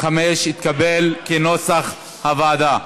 5 התקבל, כנוסח הוועדה.